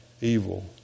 evil